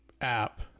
app